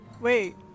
Wait